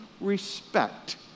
respect